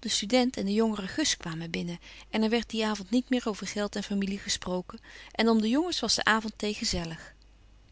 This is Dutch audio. de student en de jongere gus kwamen binnen en er werd dien avond niet meer over geld en familie gesproken en om de louis couperus van oude menschen de dingen die voorbij gaan jongens was de